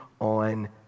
on